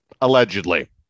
allegedly